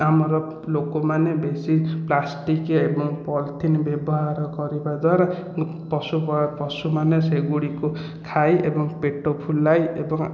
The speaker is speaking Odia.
ଆମର ଲୋକମାନେ ବେଶି ପ୍ଲାଷ୍ଟିକ ଏବଂ ପଲିଥିନ୍ ବ୍ୟବହାର କରିବା ଦ୍ବାରା ପଶୁ ପଶୁମାନେ ସେଗୁଡ଼ିକୁ ଖାଇ ଏବଂ ପେଟ ଫୁଲାଇ ଏବଂ